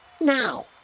now